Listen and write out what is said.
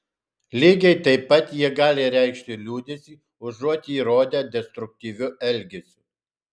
lygiai taip pat jie gali reikšti liūdesį užuot jį rodę destruktyviu elgesiu